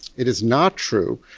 it is not true.